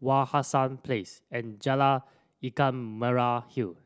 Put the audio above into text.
Wak Hassan Place and Jalan Ikan Merah Hill